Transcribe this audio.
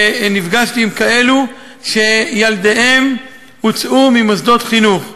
ונפגשתי עם כאלו שילדיהם הוצאו ממוסדות חינוך.